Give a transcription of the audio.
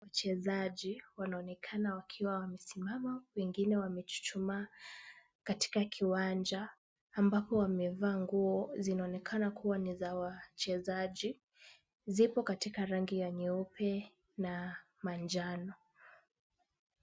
Wachezaji wanaonekana wamesimama huku wengine wamechuchuma katika kiwanja ambayo wamevaa nguo inayoonekana kuwa ni za wachezaji. Ziko katika rangi ya nyeupe na manjano.